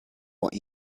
what